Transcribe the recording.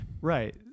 Right